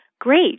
great